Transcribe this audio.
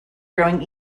growing